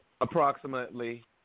Approximately